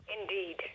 Indeed